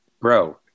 Bro